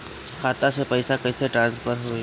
खाता से पैसा कईसे ट्रासर्फर होई?